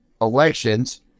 elections